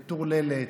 מטורללת.